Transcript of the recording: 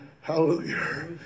Hallelujah